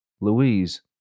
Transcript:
Louise